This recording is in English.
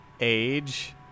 age